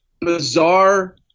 Bizarre